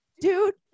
dude